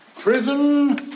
prison